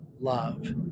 love